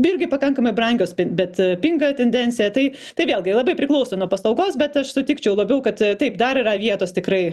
irgi pakankamai brangios pi bet pinga tendencija tai tai vėlgi labai priklauso nuo paslaugos bet aš sutikčiau labiau kad taip dar yra vietos tikrai